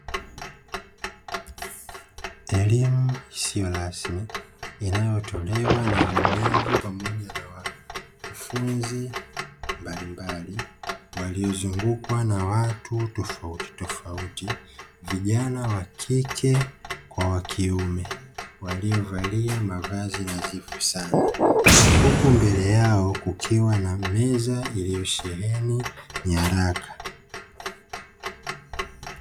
Elimu isiyo rasmi inayotolewa na wabobezi pamoja na wakufunzi mbalimbali, waliozungukwa na watu tofautitofauti vijana wa kike kwa wa kiume waliovalia mavazi nadhifu sana; huku mbele yao kukiwa na meza iliyosheheni nyaraka.